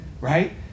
Right